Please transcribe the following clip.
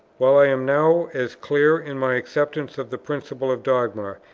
while i am now as clear in my acceptance of the principle of dogma,